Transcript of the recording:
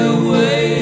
away